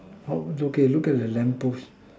how was it okay look at the lamp post